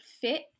fit